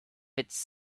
its